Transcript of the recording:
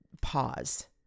pause